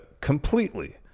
completely